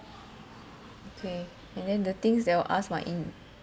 okay and then the things they will ask my in